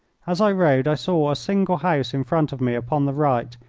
as i rode i saw a single house in front of me upon the right,